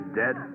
dead